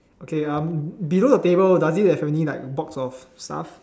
okay uh below the table does it have any box of stuff